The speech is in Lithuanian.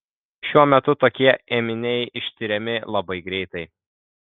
šiuo metu tokie ėminiai ištiriami labai greitai